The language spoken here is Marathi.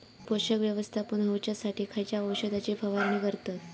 पोषक व्यवस्थापन होऊच्यासाठी खयच्या औषधाची फवारणी करतत?